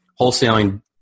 wholesaling